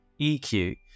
EQ